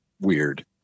weird